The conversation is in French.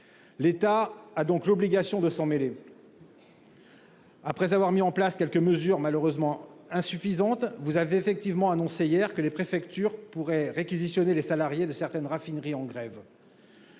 L'État a donc l'obligation de s'en mêler. Après avoir pris quelques mesures, malheureusement insuffisantes, vous avez annoncé hier que les préfectures pourraient réquisitionner les salariés de certaines raffineries en grève.